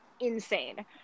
insane